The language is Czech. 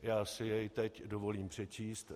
Já si jej teď dovolím přečíst.